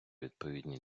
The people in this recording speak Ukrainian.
відповідні